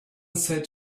said